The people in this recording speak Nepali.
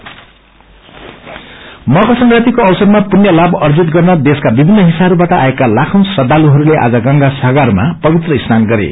गंगा सागर मकर संक्रान्तिको अवसरमा पुण्य अर्जित गर्न देशका विभिन्न हिस्साहस्रबाट आएका ताखौ श्रदालुइस्ले आज गंगासगरमा पवित्र स्नान गरे